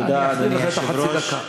אני מחזיר לך חצי דקה.